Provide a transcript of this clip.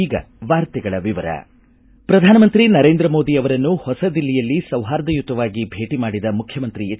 ಈಗ ವಾರ್ತೆಗಳ ವಿವರ ಪ್ರಧಾನಮಂತ್ರಿ ನರೇಂದ್ರ ಮೋದಿ ಅವರನ್ನು ಹೊಸದಿಲ್ಲಿಯಲ್ಲಿ ಸೌಹಾರ್ದಯುತವಾಗಿ ಭೇಟಿ ಮಾಡಿದ ಮುಖ್ಯಮಂತ್ರಿ ಎಚ್